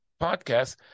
podcast